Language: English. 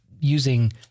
using